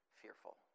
fearful